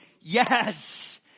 Yes